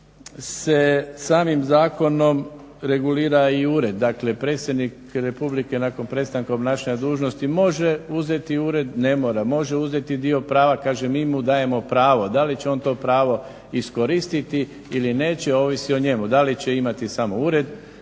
se samim zakonom regulira i ured, dakle predsjednik republike nakon prestanka obnašanja dužnosti može uzeti ured, ne mora, može uzeti dio prava. Kažem, mi mu dajemo pravo, da li će on to pravo iskoristiti ili neće ovisi o njemu. Da li će imati samo ured,